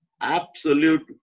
absolute